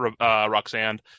roxanne